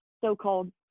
so-called